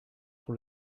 pour